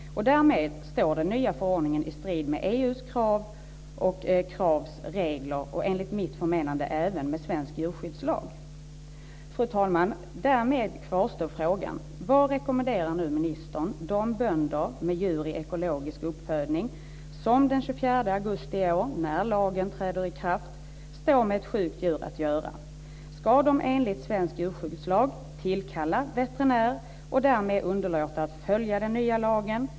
Därmed står den nya förordningen i strid med EU:s krav och Kravs regler, och enligt mitt förmenande även med svensk djurskyddslag. Fru talman! Därmed kvarstår frågan. Vad rekommenderar nu ministern de bönder med djur i ekologisk uppfödning som den 24 augusti i år, när lagen träder i kraft, står med ett sjukt djur att göra? Ska de enligt svensk djurskyddslag tillkalla veterinär, och därmed underlåta att följa den nya lagen?